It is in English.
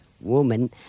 woman